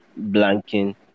blanking